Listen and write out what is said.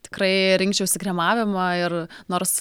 tikrai rinkčiausi kremavimą ir nors